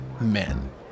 men